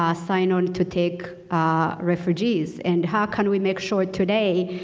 ah sign on to take refugees? and how can we make sure today,